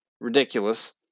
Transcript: ridiculous